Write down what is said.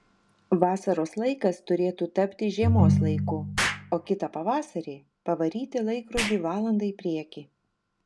vasaros laikas turėtų tapti žiemos laiku o kitą pavasarį pavaryti laikrodį valanda į priekį